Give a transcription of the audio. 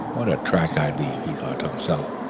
what a track i leave, he thought to himself,